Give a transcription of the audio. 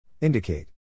Indicate